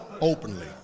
openly